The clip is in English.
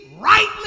rightly